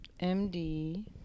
MD